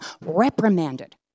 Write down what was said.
reprimanded